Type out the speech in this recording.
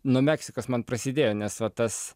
nuo meksikos man prasidėjo nes vat tas